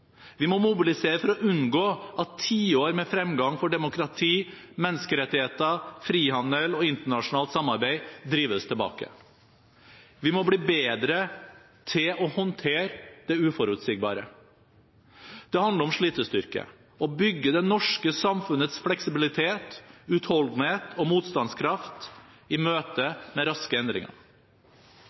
Vi må mobilisere for å unngå at tiår med fremgang for demokrati, menneskerettigheter, frihandel og internasjonalt samarbeid drives tilbake. Vi må bli bedre til å håndtere det uforutsigbare. Det handler om slitestyrke, om å bygge det norske samfunnets fleksibilitet, utholdenhet og motstandskraft i møte med raske endringer.